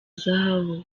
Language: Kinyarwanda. zahabu